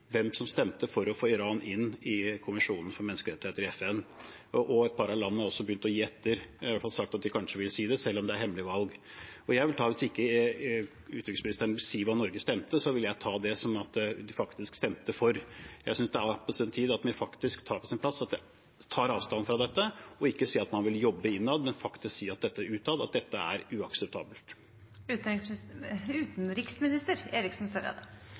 FN, og et par av landene har begynt å gi etter. De har i hvert fall sagt at de kanskje vil si det, selv om det er hemmelig valg. Hvis ikke utenriksministeren vil si hva Norge stemte, vil jeg ta det som at vi faktisk stemte for. Jeg synes det er på sin plass at vi tar avstand fra dette og ikke sier at man vil jobbe innad, men faktisk sier utad at dette er uakseptabelt. Norges holdning til Irans brudd på menneskerettighetene er